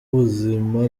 ubuzima